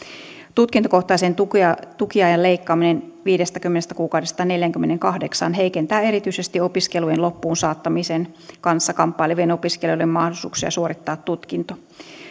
tutkintokohtaisen tukiajan leikkaaminen viidestäkymmenestä kuukaudesta neljäänkymmeneenkahdeksaan heikentää erityisesti opiskelujen loppuun saattamisen kanssa kamppailevien opiskelijoiden mahdollisuuksia suorittaa tutkinto